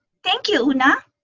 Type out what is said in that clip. thank you, una.